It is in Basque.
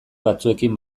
batzuekin